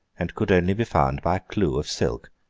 and could only be found by a clue of silk.